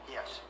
Yes